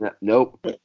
nope